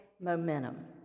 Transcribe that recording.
momentum